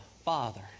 father